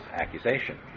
accusation